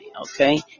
Okay